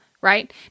right